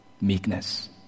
meekness